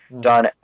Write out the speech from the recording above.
done